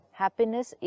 happiness